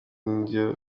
n’iyo